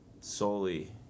solely